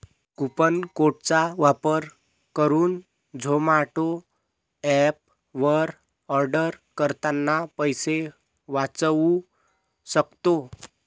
coupon code चा वापर करुन झोमाटो एप वर आर्डर करतांना पैसे वाचउ सक्तो